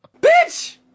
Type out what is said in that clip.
Bitch